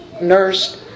nursed